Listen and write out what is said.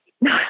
No